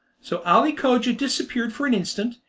so ali cogia disappeared for an instant,